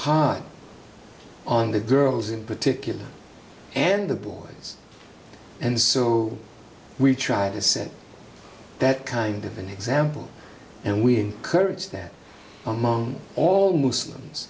hot on the girls in particular and the boys and so we try to set that kind of an example and we encourage that among all muslims